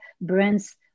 brands